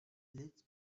liz